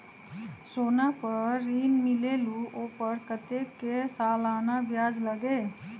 सोना पर ऋण मिलेलु ओपर कतेक के सालाना ब्याज लगे?